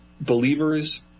believers –